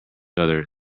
other